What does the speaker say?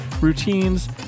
routines